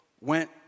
went